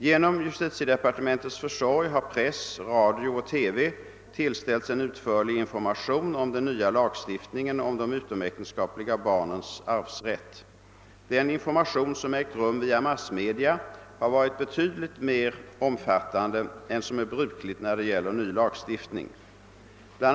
Genom justitiedepartementets försorg har press, radio och TV tillställts en utförlig information om den nya lagstiftningen om de utomäktenskapliga barnens arvsrätt. Den information som ägt rum via massmedia har varit betydligt mera omfattande än som är brukligt när det gäller ny lagstiftning. Bl.